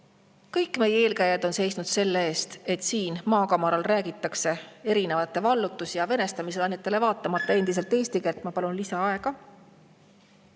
Kõik meie eelkäijad on seisnud selle eest, et siin maakamaral räägitaks erinevatele vallutus‑ ja venestamislainetele vaatamata endiselt eesti keelt … Ma palun lisaaega.